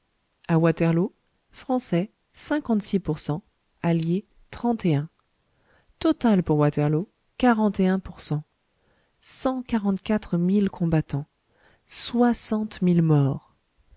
à waterloo français cinquante-six pour cent alliés trente et un total pour waterloo quarante et un pour cent cent quarante-quatre mille combattants soixante mille morts